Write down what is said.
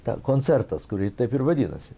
ta koncertas kuri taip ir vadinasi